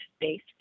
based